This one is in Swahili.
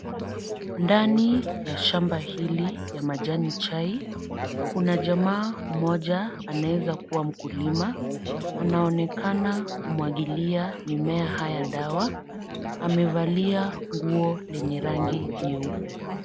Ndani ya shamba hili ya majani chai, kuna jamaa mmoja anaeza kuwa mkulima anaonekana kumwagilia mimea haya dawa, amevalia nguo lenye rangi nyeupe.